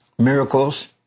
Miracles